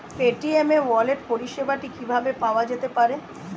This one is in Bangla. পেটিএম ই ওয়ালেট পরিষেবাটি কিভাবে পাওয়া যেতে পারে?